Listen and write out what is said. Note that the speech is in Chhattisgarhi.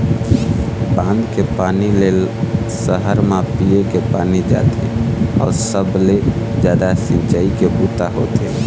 बांध के पानी ले सहर म पीए के पानी जाथे अउ सबले जादा सिंचई के बूता होथे